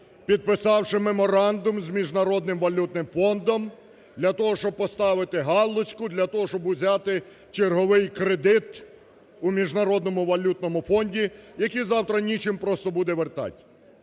підписавши Меморандум з Міжнародним валютним фондом, для того щоб поставити галочку, для того щоб узяти черговий кредит у Міжнародному валютному фонді, який завтра нічим просто буде вертать.